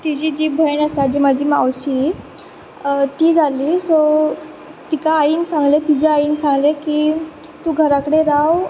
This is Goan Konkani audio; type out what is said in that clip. तिची जी भयण आसा जी म्हजी मावशी ती जाल्ली सो तिका आईन सांगलें तिज्या आईन सांगलें की तूं घरा कडेन राव